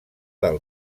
del